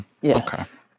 yes